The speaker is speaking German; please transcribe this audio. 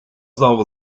saure